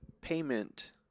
payment